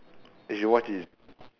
you should watch it